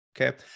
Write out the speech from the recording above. okay